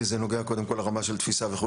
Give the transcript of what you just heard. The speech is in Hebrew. כי זה נוגע קודם כל לרמה של תפיסה וכולי.